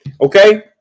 Okay